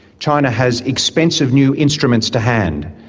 china has expensive new instruments to hand,